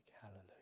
hallelujah